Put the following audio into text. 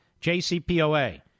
JCPOA